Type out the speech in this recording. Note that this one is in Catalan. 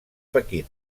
pequín